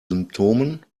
symptomen